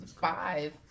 Five